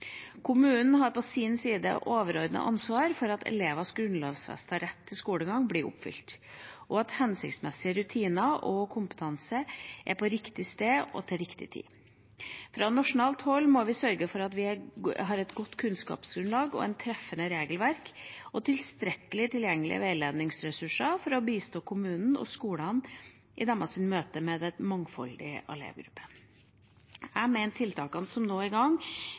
har på sin side et overordnet ansvar for at elevenes grunnlovfestede rett til skolegang blir oppfylt, og at hensiktsmessige rutiner og kompetanse er på riktig sted og til riktig tid. Fra nasjonalt hold må vi sørge for at vi har et godt kunnskapsgrunnlag, et treffende regelverk og tilstrekkelige og tilgjengelige veiledningsressurser for å bistå kommunene og skolene i deres møte med en mangfoldig elevgruppe. Jeg mener tiltakene som nå er i gang,